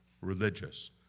religious